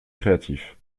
créatif